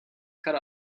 cut